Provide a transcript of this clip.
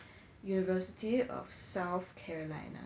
university of south carolina